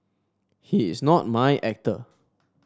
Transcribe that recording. he is not my actor